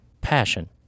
passion